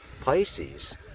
Pisces